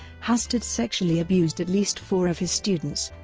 hastert sexually abused at least four of his students.